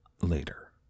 later